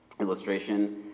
illustration